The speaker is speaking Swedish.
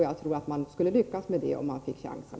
Jag tror att man skulle lyckas om man fick chansen.